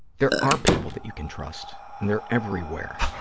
there are people that you can trust, and they're everywhere.